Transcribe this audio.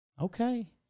Okay